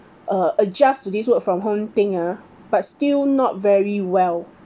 uh adjust to this work from home thing ah but still not very well